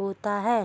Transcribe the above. होती है?